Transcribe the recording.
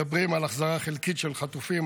מדברים על החזרה חלקית של חטופים,